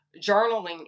journaling